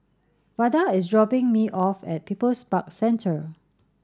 Vada is dropping me off at People's Park Centre